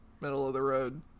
middle-of-the-road